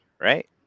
right